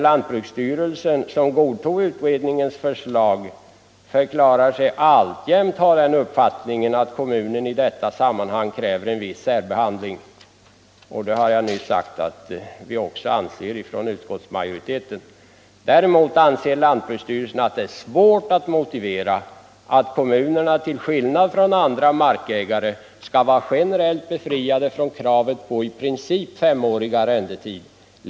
Lantbruksstyrelsen, som godtog utredningens förslag, förklarar sig alltjämt ha den uppfattningen att kommunen i detta sammanhang kräver en viss särbehandling. Däremot anser lantbruksstyrelsen att det är svårt att motivera att kommunerna till skillnad från andra markägare skall vara generellt befriade från kravet på i princip femårig arrendetid.